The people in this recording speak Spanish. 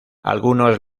algunos